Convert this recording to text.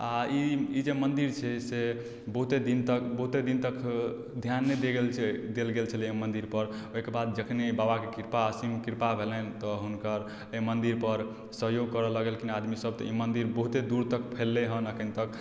आओर ई ई जे मन्दिर छै से बहुते दिन तक बहुते दिन तक ध्यान नहि देल गेल छै देल गेल छलै अइ मन्दिरपर ओइके बाद जखन बाबाके कृपा असीम कृपा भेलनि तऽ हुनकर अइ मन्दिरपर सहयोग करऽ लगलखिन आदमी सब तऽ ई मन्दिर बहुते दूर तक फैलले हन एखन तक